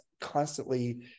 constantly